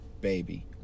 baby